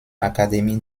akademie